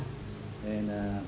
and uh